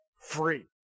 free